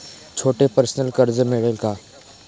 छोटे पर्सनल कर्ज मिळेल का?